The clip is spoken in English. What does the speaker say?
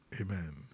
Amen